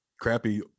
crappy